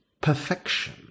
perfection